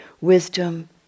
wisdom